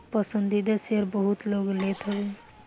पसंदीदा शेयर बहुते लोग लेत हवे